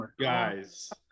guys